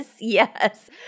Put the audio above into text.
Yes